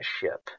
ship